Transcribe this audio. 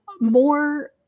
more